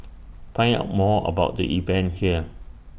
find out more about the event here